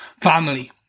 family